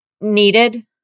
needed